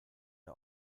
der